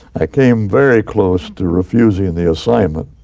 i came very close to refusing and the assignment,